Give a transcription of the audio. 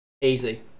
Easy